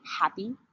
happy